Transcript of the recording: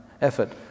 effort